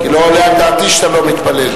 כי לא עולה על דעתי שאתה לא מתפלל.